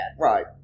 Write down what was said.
Right